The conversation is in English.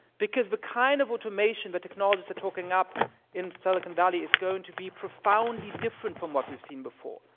because the kind of automation that technologists are talking up in silicon valley is going to be profoundly different from what we've seen before.